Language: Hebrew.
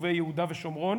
מיישובי יהודה ושומרון,